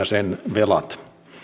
sen velat